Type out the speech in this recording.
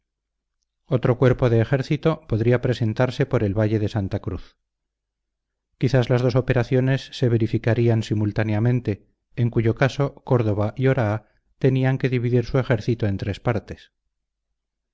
otro cuerpo de ejército podría presentarse por el valle de santa cruz quizás las dos operaciones se verificarían simultáneamente en cuyo caso córdoba y oraa tenían que dividir su ejército en tres partes